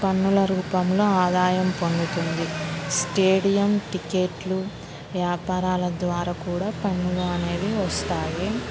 పన్నుల రూపంలో ఆదాయం పొందుతుంది స్టేడియం టికెట్లు వ్యాపారాల ద్వారా కూడా పన్నులు అనేవి వస్తాయి